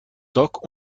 dock